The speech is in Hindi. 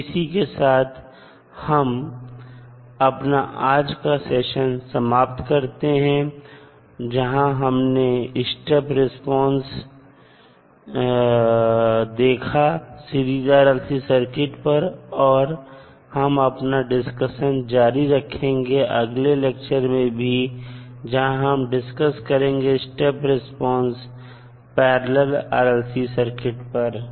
तो इसी के साथ हम अपना आज का सेशन समाप्त करते हैं जहां हमने स्टेप रिस्पांस देखा सीरीज RLC सर्किट पर और हम अपना डिस्कशन जारी रखेंगे अगले लेक्चर में भी जहां हम डिस्कस करेंगे step response parallel RLC circuit पर